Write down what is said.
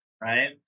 right